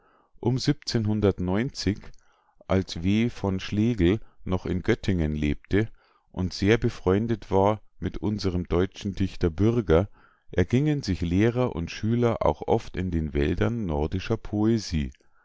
um als w v schlegel noch in göttingen lebte und sehr befreundet war mit unserm deutschen dichter bürger ergingen sich lehrer und schüler auch oft in den wäldern nordischer poesie